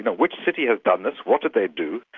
but which city has done this, what did they do,